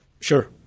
Sure